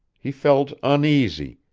he felt uneasy,